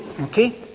okay